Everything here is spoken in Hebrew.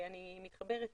אני מתחברת